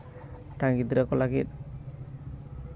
ᱢᱤᱫᱴᱟᱝ ᱜᱤᱫᱽᱨᱟᱹ ᱠᱚ ᱞᱟᱹᱜᱤᱫ